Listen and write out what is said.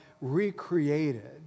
recreated